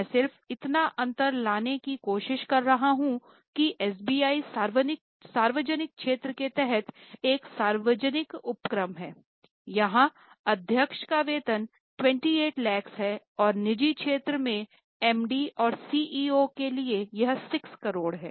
मैं सिर्फ इतना अंतर लाने की कोशिश कर रहा हूं कि एसबीआई सार्वजनिक क्षेत्र के तहत एक सार्वजनिक उपक्रम है वहाँ अध्यक्ष का वेतन 28 लाख है और निजी क्षेत्र में एमडी और सीईओ के लिए यह 6 करोड़ है